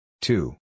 Two